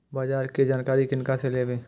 बाजार कै जानकारी किनका से लेवे?